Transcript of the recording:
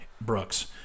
Brooks